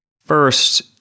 First